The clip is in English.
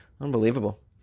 Unbelievable